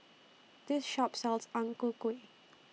This Shop sells Ang Ku Kueh